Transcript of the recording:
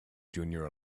junior